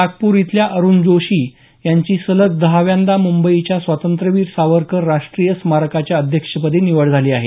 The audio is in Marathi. नागपूर इथल्या अरुण जोशी यांची सलग दहाव्यांदा मुंबईच्या स्वातंत्र्यवीर सावरकर राष्ट्रीय स्मारकाच्या अध्यक्षपदी निवड झाली आहे